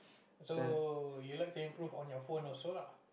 so you like to improve on your phone also lah